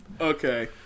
Okay